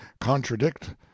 contradict